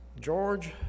George